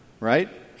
right